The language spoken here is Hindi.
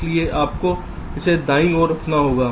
इसलिए आपको इसे दाईं ओर रखना होगा